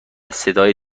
صدای